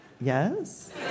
Yes